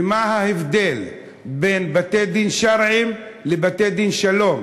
ומה ההבדל בין בתי-דין שרעיים לבתי-משפט שלום?